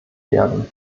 werden